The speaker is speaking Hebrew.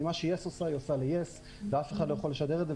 כי מה שיס עושה היא עושה ליס ואף אחד לא יכול לשדר את זה.